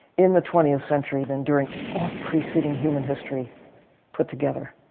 in the twentieth century than during all preceding human history put together.